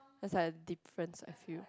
just like a difference a few